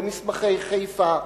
במסמכי חיפה,